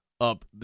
up